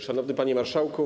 Szanowny Panie Marszałku!